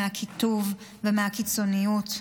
מהקיטוב ומהקיצוניות.